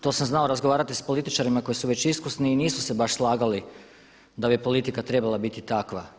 To sam znao razgovarati sa političarima koji su već iskusni i nisu se baš slagali da bi politika trebala biti takva.